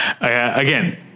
again